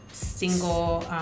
single